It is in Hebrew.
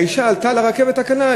האישה עלתה לרכבת הקלה,